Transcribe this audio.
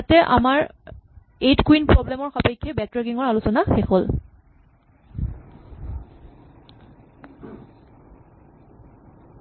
ইয়াতে আমাৰ eight queen problem ৰ সাপেক্ষে বেকট্ৰেকিং ৰ আলোচনা শেষ হ'ল